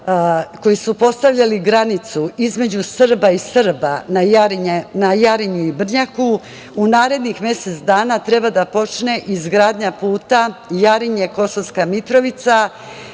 koji su postavljali granicu između Srba i Srba na Jarinju i Brnjaku u narednih mesec dana treba da počne izgradnja puta Jarinje-Kosovska Mitrovica,